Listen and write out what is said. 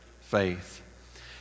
Faith